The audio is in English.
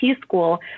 school